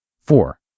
Four